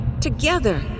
Together